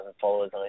followers